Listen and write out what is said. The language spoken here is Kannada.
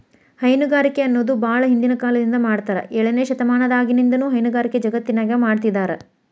ಹೈನುಗಾರಿಕೆ ಅನ್ನೋದು ಬಾಳ ಹಿಂದಿನ ಕಾಲದಿಂದ ಮಾಡಾತ್ತಾರ ಏಳನೇ ಶತಮಾನದಾಗಿನಿಂದನೂ ಹೈನುಗಾರಿಕೆ ಜಗತ್ತಿನ್ಯಾಗ ಮಾಡ್ತಿದಾರ